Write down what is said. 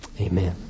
Amen